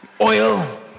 Oil